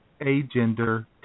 Agender